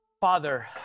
Father